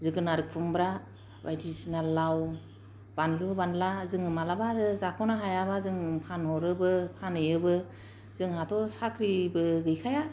जोगोनार खुमब्रा बायदिसिना लाव बानलु बानला जोङो माब्लाबा आरो जाख'नो हायाब्ला जोङो फानहैयोबो जोंहाथ' साख्रिबो गैखाया